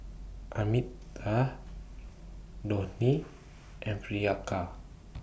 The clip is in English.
Amitabh Dhoni and Priyanka